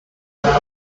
impact